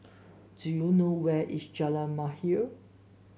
do you know where is Jalan Mahir